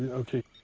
okay.